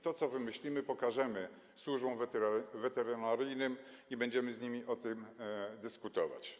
To, co wymyślimy, pokażemy służbom weterynaryjnym i będziemy z nimi o tym dyskutować.